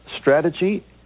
strategy